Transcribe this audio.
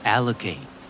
Allocate